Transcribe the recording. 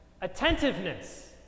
attentiveness